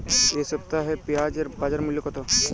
এ সপ্তাহে পেঁয়াজের বাজার মূল্য কত?